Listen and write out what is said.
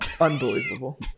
unbelievable